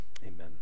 amen